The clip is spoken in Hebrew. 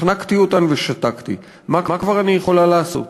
החנקתי אותן ושתקתי, מה כבר אני יכולה לעשות?